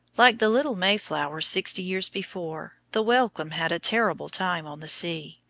like the little mayflower, sixty years before, the welcome had a terrible time on the sea.